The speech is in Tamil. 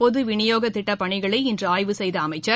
பொது விநியோகத் திட்டப் பணிகளை இன்று ஆய்வு செய்த அமைச்சர்